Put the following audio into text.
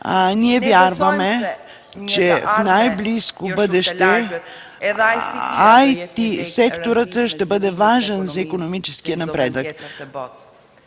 Ние вярваме, че в най-близко бъдеще IT секторът ще бъде важен за икономическия напредък.